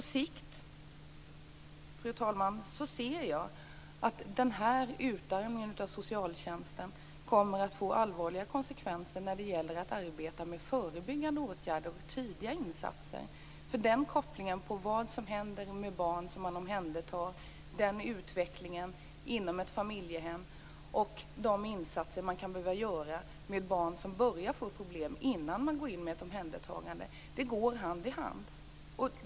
På sikt, fru talman, ser jag framför mig att denna utarmning av socialtjänsten får allvarliga konsekvenser i arbetet med förebyggande åtgärder och tidiga insatser. När det gäller kopplingen mellan vad som händer med barn som omhändertas och den utvecklingen inom ett familjehem samt de insatser som kan behöva göras för barn som börjar få problem - detta innan man går in med ett omhändertagande - går dessa saker hand i hand.